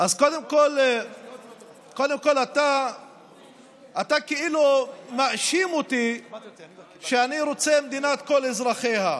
קודם כול אתה כאילו מאשים אותי שאני רוצה מדינת כל אזרחיה.